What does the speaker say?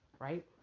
Right